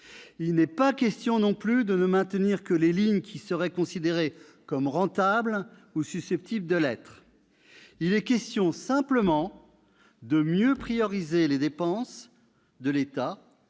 Il n'est pas question non plus de ne maintenir que les lignes qui seraient considérées comme rentables ou susceptibles de l'être. Il est question, simplement, de mieux prioriser les dépenses de l'État